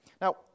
Now